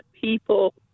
people